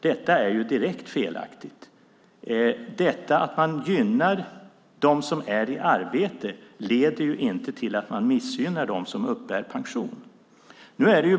Detta är direkt felaktigt. Att man gynnar dem som är i arbete leder inte till att man missgynnar dem som uppbär pension.